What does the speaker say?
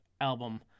album